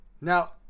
Now